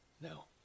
No